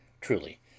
truly